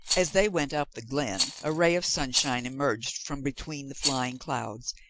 as they went up the glen a ray of sunshine emerged from between the flying clouds,